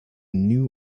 new